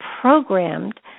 programmed